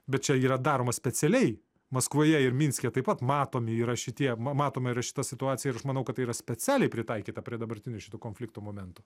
bet čia yra daroma specialiai maskvoje ir minske taip pat matomi yra šitie matoma ir šita situacija ir manau kad tai yra specialiai pritaikyta prie dabartinių šito konflikto momentų